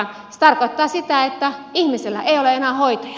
se tarkoittaa sitä että ihmisellä ei ole enää hoitajaa